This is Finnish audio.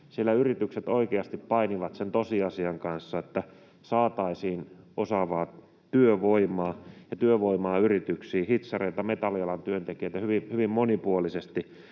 yritykset oikeasti painivat sen tosiasian kanssa, että saataisiin osaavaa työvoimaa yrityksiin: hitsareita, metallialan työntekijöitä, hyvin monipuolisesti